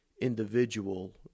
individual